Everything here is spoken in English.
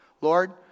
Lord